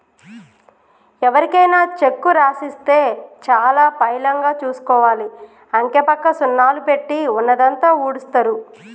ఎవరికైనా చెక్కు రాసిస్తే చాలా పైలంగా చూసుకోవాలి, అంకెపక్క సున్నాలు పెట్టి ఉన్నదంతా ఊడుస్తరు